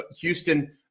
Houston